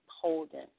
holding